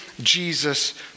Jesus